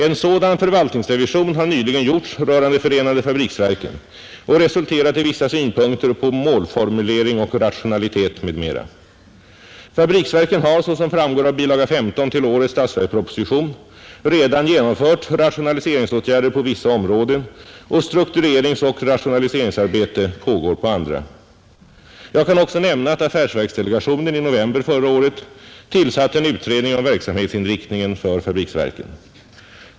En sådan förvaltningsrevision har nyligen gjorts rörande förenade fabriksverken och resulterat i vissa synpunkter på målformulering och rationalitet m.m. Fabriksverken har såsom framgår av bilaga 15 till årets statsverksproposition redan genomfört rationaliseringsåtgärder på vissa områden och struktureringsoch rationaliseringsarbete pågår på andra. Jag kan också nämna att affärsverksdelegationen i november förra året tillsatte en utredning om verksamhetsinriktningen för fabriksverken.